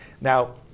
Now